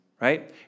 right